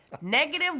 negative